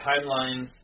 timelines